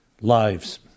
lives